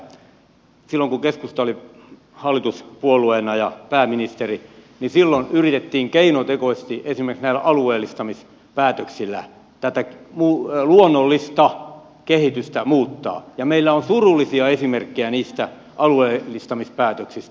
täytyy myöntää että silloin kun keskusta oli hallituspuolueena ja pääministeri oli keskustasta niin silloin yritettiin keinotekoisesti esimerkiksi näillä alueellistamispäätöksillä tätä luonnollista kehitystä muuttaa ja meillä on surullisia esimerkkejä niistä alueellistamispäätöksistä